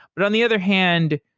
but on the other hand,